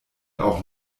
auch